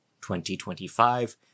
2025